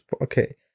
okay